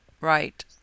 Right